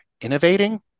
innovating